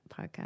podcast